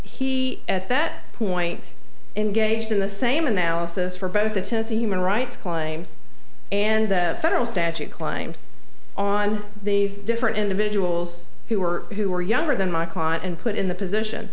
he at that point engaged in the same analysis for both the tennessee human rights claims and the federal statute climbs on these different individuals who were who were younger than my client and put in the position